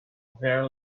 very